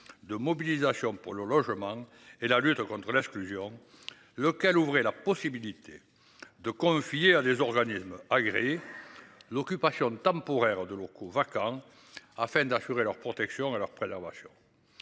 De mobilisation pour le logement et la lutte contre l'âge. Locale, ouvrait la possibilité de confier à des organismes agréés. L'occupation temporaire de locaux vacants afin d'assurer leur protection alors près la